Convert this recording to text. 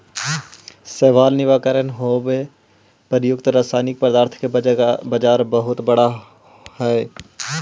शैवाल निवारण हेव प्रयुक्त रसायनिक पदार्थ के बाजार बहुत बड़ा हई